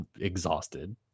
exhausted